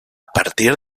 partir